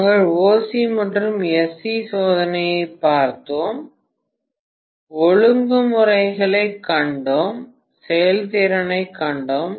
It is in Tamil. நாங்கள் OC மற்றும் SC சோதனையைப் பார்த்தோம் ஒழுங்குமுறைகளைக் கண்டோம் செயல்திறனைக் கண்டோம்